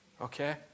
okay